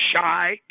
shy